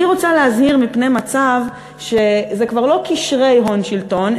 אני רוצה להזהיר מפני מצב שזה כבר לא קשרי הון שלטון,